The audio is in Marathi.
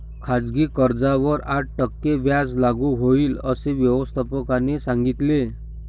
खाजगी कर्जावर आठ टक्के व्याज लागू होईल, असे व्यवस्थापकाने सांगितले